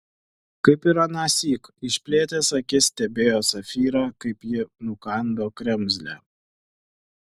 kaip ir anąsyk išplėtęs akis stebėjo safyrą kaip ji nukando kremzlę